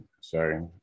sorry